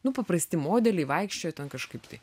nu paprasti modeliai vaikščioja ten kažkaip tai